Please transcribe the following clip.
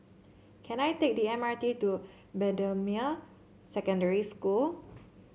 can I take the M R T to Bendemeer Secondary School